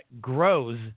grows